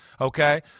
Okay